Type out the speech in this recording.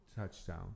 Touchdown